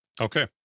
Okay